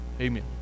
Amen